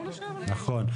נכון.